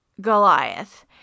Goliath